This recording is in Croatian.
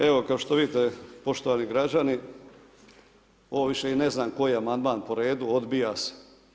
Evo kao što vidite, poštovani građani, ovo više i ne znam koji je amandman po redu odbija se.